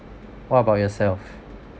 what about yourself